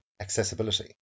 accessibility